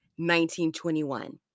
1921